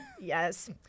yes